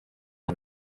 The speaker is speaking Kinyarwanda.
uyu